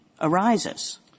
arises